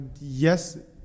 yes